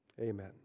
amen